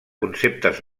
conceptes